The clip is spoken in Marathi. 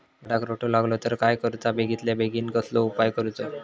झाडाक रोटो लागलो तर काय करुचा बेगितल्या बेगीन कसलो उपाय करूचो?